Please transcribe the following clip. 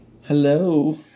Hello